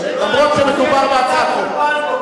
אף-על-פי שמדובר בהצעת חוק.